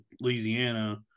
Louisiana